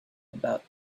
about